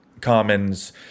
Commons